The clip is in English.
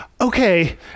Okay